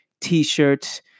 T-shirts